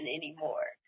anymore